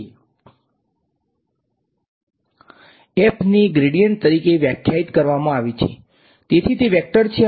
તેથી હું એમ કહી શકું છું કે આ તે બે વેક્ટર v ડોટ u વચ્ચે ડોટ પ્રોડક્ટ કહી શકાય અને ઉદાહરણ તરીકે v આ વેક્ટર હોઈ શકે છે અને u પણ વેક્ટર હોઈ શકે બરાબર